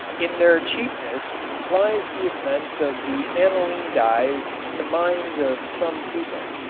in their cheapness lies the offense of the aniline dyes in the minds of some people.